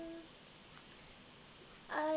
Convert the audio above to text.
uh